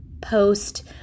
post